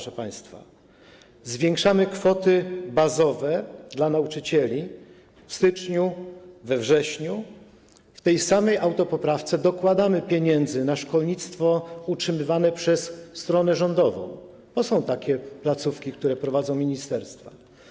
Zwiększamy kwoty bazowe dla nauczycieli w styczniu, we wrześniu, w tej samej autopoprawce dokładamy pieniędzy na szkolnictwo utrzymywane przez stronę rządową, bo są takie placówki, które są prowadzone przez ministerstwa.